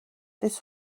this